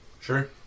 Sure